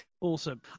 awesome